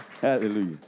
Hallelujah